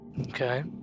Okay